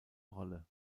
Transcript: rolle